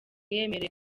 yemerewe